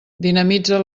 dinamitza